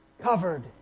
covered